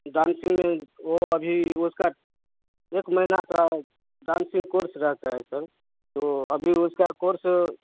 dancing में वो अभी उसका एक महीना का डांसिंग कोर्स रहता है सर तो अभी उसका कोर्स